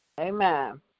Amen